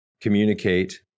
communicate